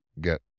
get